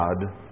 God